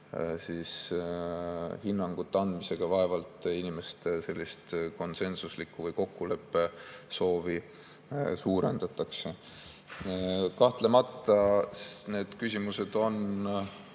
selliste hinnangute andmisega inimeste konsensuslikku või kokkuleppesoovi suurendatakse. Kahtlemata need küsimused on